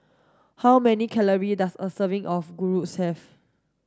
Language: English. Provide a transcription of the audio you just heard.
how many calorie does a serving of Gyros have